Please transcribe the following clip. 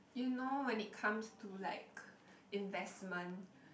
you know when it comes to like investment